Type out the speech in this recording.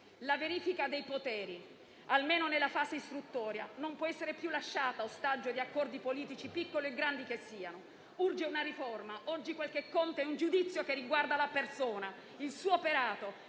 la verifica dei poteri, almeno nella fase istruttoria, non può essere più lasciata ostaggio di accordi politici, piccoli o grandi che siano. Urge una riforma. Oggi quel che conta è un giudizio che riguarda la persona, il suo operato,